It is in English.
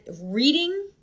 reading